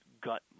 gut